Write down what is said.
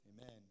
amen